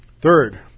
Third